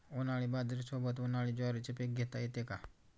उन्हाळी बाजरीसोबत, उन्हाळी ज्वारीचे पीक घेता येते का?